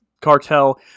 Cartel